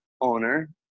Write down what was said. owner